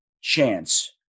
chance